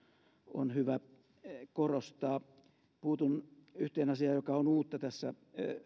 on hyvä korostaa puutun yhteen asiaan joka on on uutta tässä